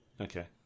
Okay